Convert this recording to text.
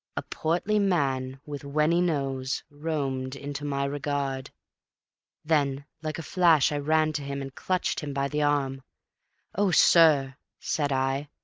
a portly man with wenny nose roamed into my regard then like a flash i ran to him and clutched him by the arm oh, sir, said i,